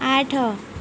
ଆଠ